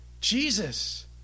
Jesus